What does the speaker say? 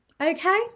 Okay